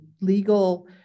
legal